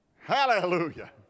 hallelujah